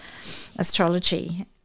astrology